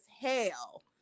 hell